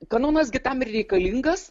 kanonas gi tam ir reikalingas